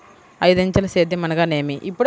ఐదంచెల సేద్యం అనగా నేమి?